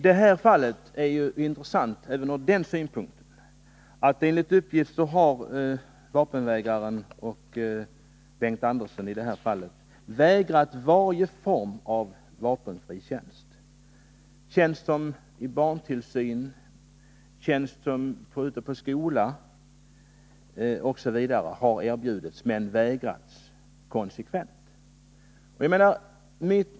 Det här fallet är intressant även ur den synpunkten att vapenvägraren — Bengt Andersson — enligt uppgift konsekvent har vägrat att fullgöra varje form av vapenfri tjänst — i barntillsyn, ute på skola osv. — som erbjudits honom.